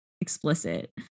explicit